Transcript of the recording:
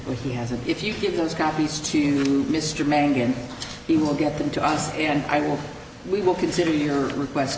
what he has and if you give those copies to mr mangan he will get them to us and i will we will consider your request